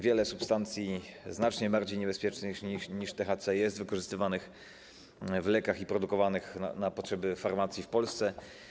Wiele substancji znacznie bardziej niebezpiecznych niż THC jest wykorzystywanych w lekach i produkowanych na potrzeby farmacji w Polsce.